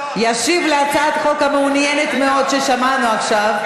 ישיב על הצעת החוק המעניינת מאוד ששמענו עכשיו,